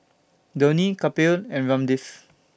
Dhoni Kapil and Ramdev